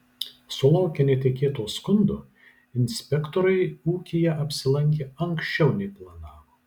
sulaukę netikėto skundo inspektoriai ūkyje apsilankė anksčiau nei planavo